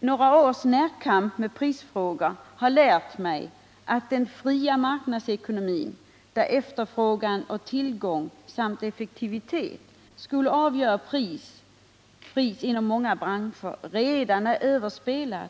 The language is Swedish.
Några års närkamp med prisfrågor har dock lärt mig att den fria marknadsekonomin, där efterfrågan och tillgång samt effektivitet skulle vara avgörande för priserna, inom många branscher redan är överspelad